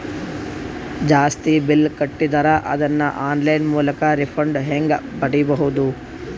ಜಾಸ್ತಿ ಬಿಲ್ ಕಟ್ಟಿದರ ಅದನ್ನ ಆನ್ಲೈನ್ ಮೂಲಕ ರಿಫಂಡ ಹೆಂಗ್ ಪಡಿಬಹುದು?